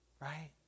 Right